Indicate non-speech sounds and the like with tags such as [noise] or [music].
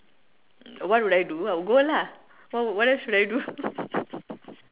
what would I do I'll go lah what else should I do [laughs]